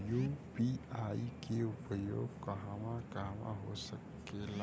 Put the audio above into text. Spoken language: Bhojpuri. यू.पी.आई के उपयोग कहवा कहवा हो सकेला?